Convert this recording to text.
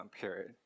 period